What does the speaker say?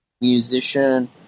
Musician